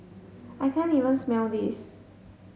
I can't even smell this